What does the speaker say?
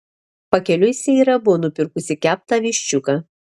pakeliui seira buvo nupirkusi keptą viščiuką